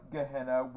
Gehenna